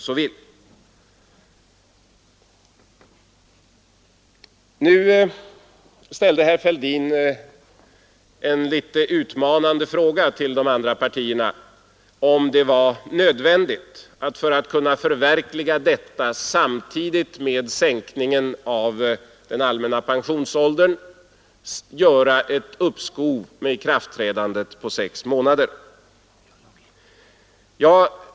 Herr Fälldin ställde en något utmanande fråga till övriga partier om det var nödvändigt att, för att kunna förverkliga denna rörlighet samtidigt med sänkningen av den allmänna pensionsåldern, göra ett uppskov med ikraftträdandet på sex månader.